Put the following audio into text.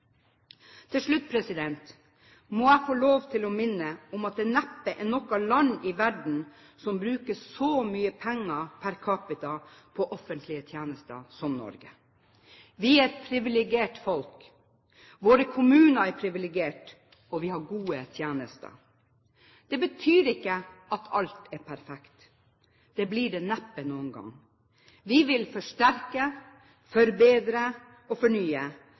Til slutt må jeg få lov til å minne om at det neppe er noe land i verden som bruker så mye penger per capita på offentlige tjenester som Norge. Vi er et privilegert folk, våre kommuner er privilegerte, og vi har gode tjenester. Det betyr ikke at alt er perfekt. Det blir det neppe noen gang. Vi vil forsterke, forbedre og fornye,